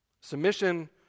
Submission